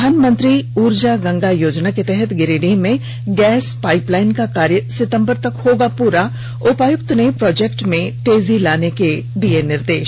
प्रधानमंत्री ऊर्जा गंगा योजना के तहत गिरिडीह में गैस पाइपलाइन का कार्य सितंबर तक होगा पूरा उपायुक्त ने प्रोजेक्ट में तेजी लाने के दिए निर्देश